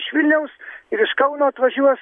iš vilniaus ir iš kauno atvažiuos